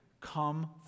Come